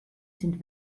sind